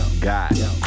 God